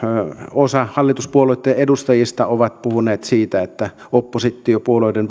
osa hallituspuolueitten edustajista on puhunut siitä että oppositiopuolueiden